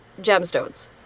gemstones